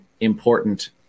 important